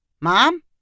Mom